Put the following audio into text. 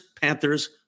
Panthers